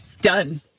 done